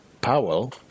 Powell